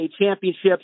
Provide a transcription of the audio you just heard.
championships